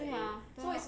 对 ah 对 ah